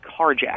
carjacked